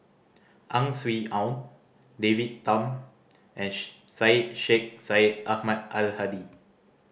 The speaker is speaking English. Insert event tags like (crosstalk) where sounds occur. Ang Swee Aun David Tham and (unintelligible) Syed Sheikh Syed Ahmad Al Hadi